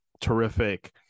terrific